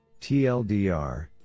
TLDR